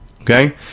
Okay